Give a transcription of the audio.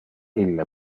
ille